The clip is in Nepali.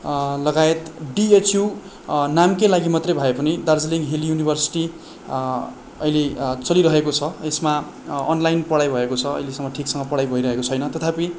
लगायत डिएचयू नामकै लागि मात्रै भए पनि दार्जिलिङ हिल युनिभर्सिटी अहिले चलिरहेको छ यसमा अनलाइन पढाइ भएको छ अहिलेसम्म ठिकसँग पढाइ भइरेहको छैन तथापि